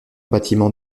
bâtiment